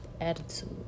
attitude